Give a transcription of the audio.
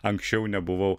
anksčiau nebuvau